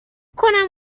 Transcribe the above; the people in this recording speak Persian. کنم